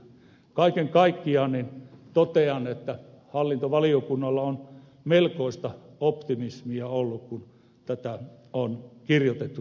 kaiken kaikkiaan totean että hallintovaliokunnalla on melkoista optimismia ollut kun tätä mietintöä on kirjoitettu